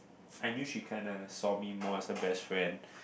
I knew she kinda saw me more as her best friend